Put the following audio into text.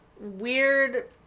weird